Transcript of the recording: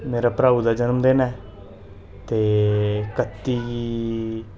मेरे मेरे भ्राऊ दा जन्मदिन ऐ ते कत्ती गी